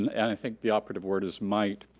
um and i think the operative word is might,